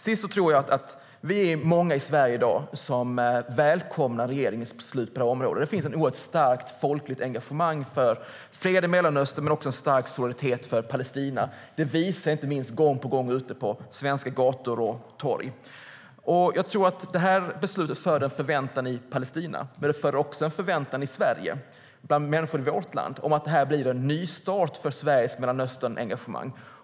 Jag tror att vi är många i Sverige i dag som välkomnar regeringens beslut på detta område. Det finns ett oerhört starkt folkligt engagemang för fred i Mellanöstern, men också en stark solidaritet för Palestina. Det visar sig inte minst gång på gång ute på svenska gator och torg. Jag tror att beslutet föder en förväntan i Palestina. Men det föder också en förväntan i Sverige, bland människor i vårt land, om att detta blir en nystart för Sveriges Mellanösternengagemang.